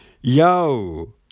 Yo